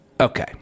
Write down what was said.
Okay